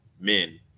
men